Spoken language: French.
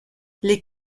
les